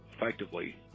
effectively